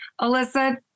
Alyssa